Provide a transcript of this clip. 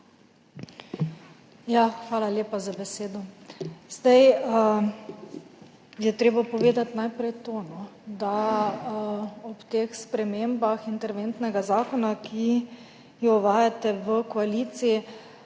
Hvala lepa za besedo. Treba je povedati najprej to, ob teh spremembah interventnega zakona, ki jih uvajate v koaliciji.